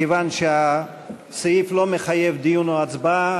מכיוון שהסעיף לא מחייב דיון או הצבעה,